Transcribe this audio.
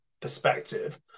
perspective